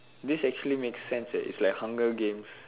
this actually makes sense eh is like hunger games